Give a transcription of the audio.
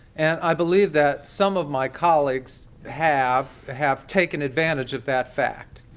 and i believe that some of my colleagues have have taken advantage of that fact.